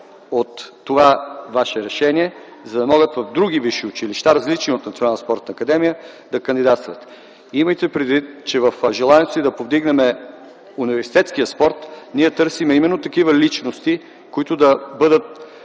от това Ваше решение, за да могат в други висши училища, различни от Националната спортна академия, да кандидатстват. Имайте предвид, че в желанието си да повдигнем университетския спорт, ние търсим именно такива личности, които да бъдат